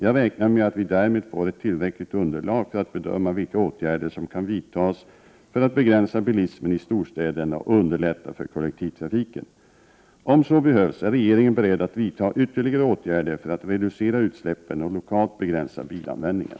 Jag räknar med att vi därmed får ett tillräckligt underlag för att bedöma vilka åtgärder som kan vidtas för att begränsa bilismen i storstäderna och underlätta för kollektivtrafiken. Om så behövs är regeringen beredd att vidta yttterligare åtgärder för att reducera utsläppen och lokalt begränsa bilanvändningen.